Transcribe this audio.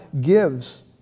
gives